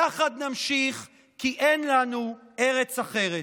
יחד נמשיך, כי אין לנו ארץ אחרת.